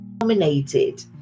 nominated